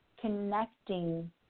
connecting